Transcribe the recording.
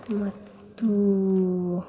ಮತ್ತು